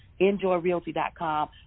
EnjoyRealty.com